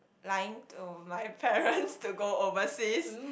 lying to my parents to go overseas